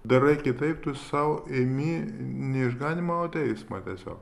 darai kitaip tu sau imi ne išganymą o teismą tiesiog